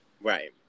right